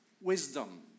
wisdom